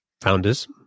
founders